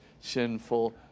sinful